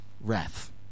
wrath